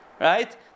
right